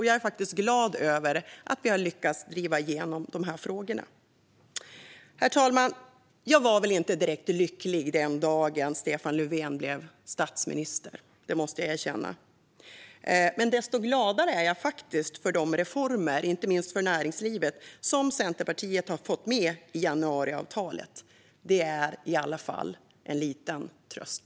Jag är faktiskt glad över att vi har lyckats driva igenom de här frågorna. Herr talman! Jag var väl inte direkt lycklig den dagen Stefan Löfven blev statsminister. Det måste jag erkänna. Men desto gladare är jag för de reformer, inte minst för näringslivet, som Centerpartiet har fått med i januariavtalet. Det är i alla fall en liten tröst.